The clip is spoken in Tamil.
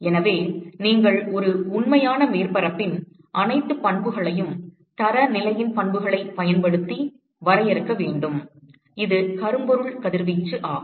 எனவே நீங்கள் ஒரு உண்மையான மேற்பரப்பின் அனைத்து பண்புகளையும் தரநிலையின் பண்புகளைப் பயன்படுத்தி வரையறுக்க வேண்டும் இது கரும்பொருள் கதிர்வீச்சு ஆகும்